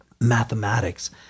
mathematics